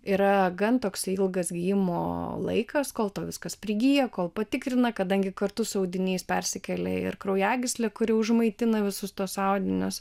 yra gan toksai ilgas gijimo laikas kol tau viskas prigyja kol patikrina kadangi kartu su audiniais persikelia ir kraujagyslė kuri užmaitina visus tuos audinius